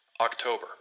October